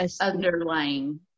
underlying